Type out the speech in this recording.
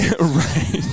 right